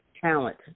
talent